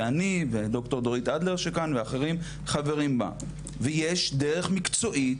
שאני ודוקטור דורית אדלר שכאן ואחרים חברים בה ויש דרך מקצועית,